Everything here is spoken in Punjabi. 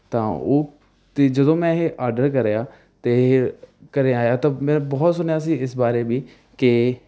ਤਾਂ ਉਹ ਅਤੇ ਜਦੋਂ ਮੈਂ ਇਹ ਆਡਰ ਕਰਿਆ ਅਤੇ ਇਹ ਘਰ ਆਇਆ ਤਾਂ ਮੈਂ ਬਹੁਤ ਸੁਣਿਆ ਸੀ ਇਸ ਬਾਰੇ ਵੀ ਕਿ